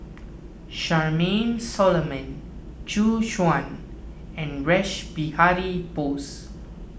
Charmaine Solomon Gu Juan and Rash Behari Bose